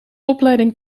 opleiding